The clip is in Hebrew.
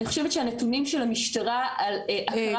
אני חושבת שהנתונים של המשטרה על הכרה